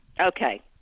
Okay